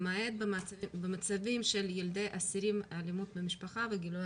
למעט במצבים של ילדי אסירים אלימות במשפחה וגילוי